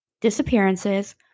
disappearances